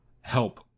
help